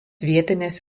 vietinės